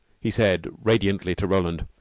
he said radiantly to roland,